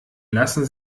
lassen